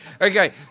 Okay